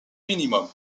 minimum